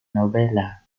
novela